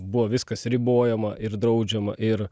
buvo viskas ribojama ir draudžiama ir